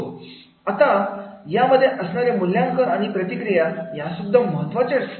आता यामध्ये असणारे मूल्यांकन आणि प्रतिक्रिया या सुद्धा महत्त्वाचे असतात